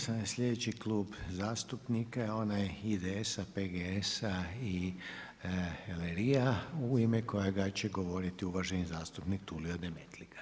Sljedeći klub zastupnika je onaj IDS-a, PGS-a i LRI-a u ime kojega će govoriti uvaženi zastupnik Tulio Demetlika.